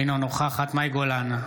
אינה נוכחת מאי גולן,